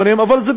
במובן הזה,